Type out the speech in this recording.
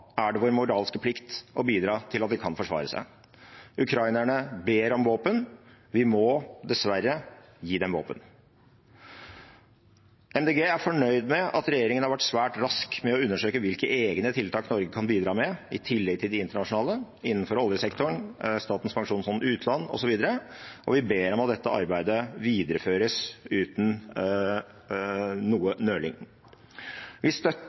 er det vår moralske plikt å bidra til at de kan forsvare seg. Ukrainerne ber om våpen. Vi må dessverre gi dem våpen. Miljøpartiet De Grønne er fornøyd med at regjeringen har vært svært rask med å undersøke hvilke egne tiltak Norge kan bidra med i tillegg til de internasjonale, innenfor oljesektoren, Statens pensjonsfond utland osv. Vi ber om at dette arbeidet videreføres uten noe nøling. Vi